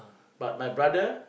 but my brother